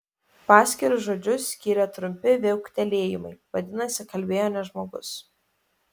paskirus žodžius skyrė trumpi viauktelėjimai vadinasi kalbėjo ne žmogus